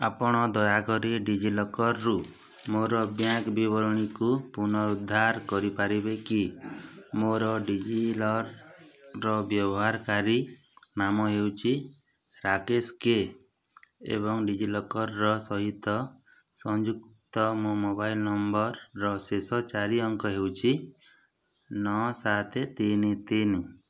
ଆପଣ ଦୟାକରି ଡିଜିଲକର୍ରୁ ମୋର ବ୍ୟାଙ୍କ୍ ବିବରଣୀକୁ ପୁନରୁଦ୍ଧାର କରିପାରିବେ କି ମୋର ଡିଜିଲରର୍ ବ୍ୟବହାରକାରୀ ନାମ ହେଉଛି ରାକେଶ କେ ଏବଂ ଡିଜିଲକର୍ ସହିତ ସଂଯୁକ୍ତ ମୋ ମୋବାଇଲ୍ ନମ୍ବର୍ର ଶେଷ ଚାରି ଅଙ୍କ ହେଉଛି ନଅ ସାତ ତିନି ତିନି